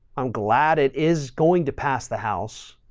i'm glad it is going to pass the house.